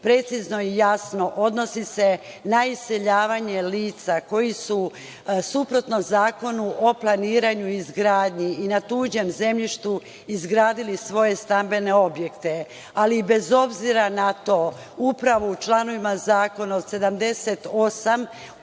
precizno i jasno odnosi se na iseljavanje lica koji su suprotno Zakonu o planiranju i izgradnji i na tuđem zemljištu izgradili svoje stambene objekte, ali bez obzira na to, upravo u članovima zakona od